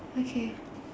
okay